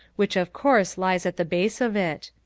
which of course lies at the base of it.